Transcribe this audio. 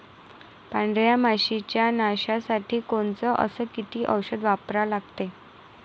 पांढऱ्या माशी च्या नाशा साठी कोनचं अस किती औषध वापरा लागते?